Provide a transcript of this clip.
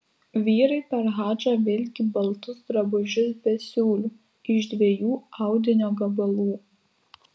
vyrai per hadžą vilki baltus drabužius be siūlių iš dviejų audinio gabalų